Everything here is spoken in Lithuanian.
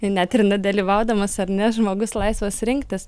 ir net ir dalyvaudamas ar ne žmogus laisvas rinktis